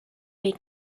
may